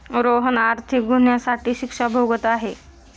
रोहन आर्थिक गुन्ह्यासाठी शिक्षा भोगत आहे